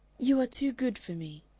you are too good for me,